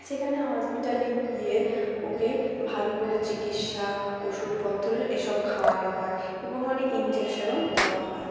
সেখানে হসপিটালে গিয়ে ওকে ভালো করে চিকিৎসা ওষুধপত্র এসব খাওয়ানো হয় এবং অনেক ইনজেকশনও দেওয়া হয়